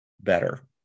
better